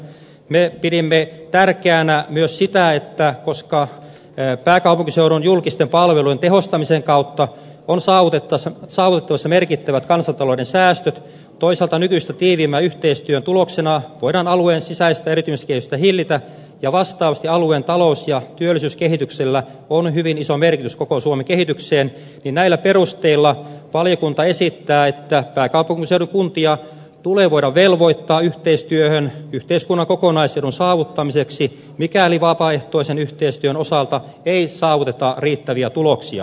me pidimme tärkeänä myös sitä että koska pääkaupunkiseudun julkisten palvelujen tehostamisen kautta on saavutettavissa merkittävät kansantalouden säästöt toisaalta nykyistä tiiviimmän yhteistyön tuloksena voidaan alueen sisäistä eriytymiskehitystä hillitä ja vastaavasti alueen talous ja työllisyyskehityksellä on hyvin iso merkitys koko suomen kehitykseen näillä perusteilla valiokunta esittää että pääkaupunkiseudun kuntia tulee voida velvoittaa yhteistyöhön yhteiskunnan kokonais edun saavuttamiseksi mikäli vapaaehtoisen yhteistyön osalta ei saavuteta riittäviä tuloksia